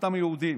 אותם יהודים.